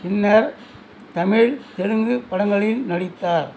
பின்னர் தமிழ் தெலுங்கு படங்களில் நடித்தார்